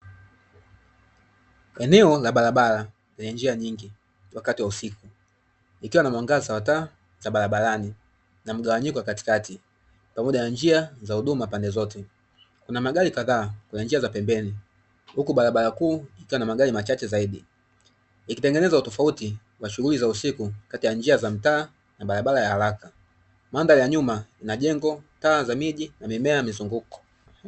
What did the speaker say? Eneo la barabara lenye njia nyingi wakati wa usiku, ikiwa na mwangaza wa taa za barabarani na mgawanyiko katikati, pamoja na njia za huduma pande zote, kuna magari kadhaa kwenye njia za pembeni, huku barabara kuu ikiwa na magari machache zaidi, ikitengeneza utofauti wa shughuli za usiku kati ya njia za mtaa na barabara ya haraka, mandhari ya nyuma ina jengo taa za miji, na mimea na mizunguko.